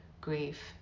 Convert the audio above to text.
grief